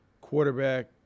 quarterback